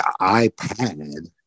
ipad